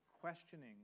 questioning